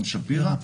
רון שפירא.